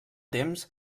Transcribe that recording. temps